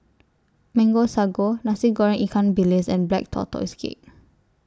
Mango Sago Nasi Goreng Ikan Bilis and Black Tortoise Cake